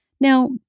Now